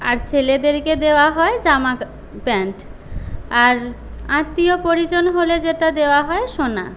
আর ছেলেদেরকে দেওয়া হয় জামা প্যান্ট আর আত্মীয় পরিজন হলে যেটা দেওয়া হয় সোনা